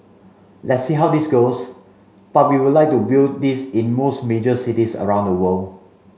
let's see how this goes but we would like to build this in most major cities around the world